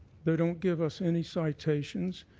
they don't give us any citations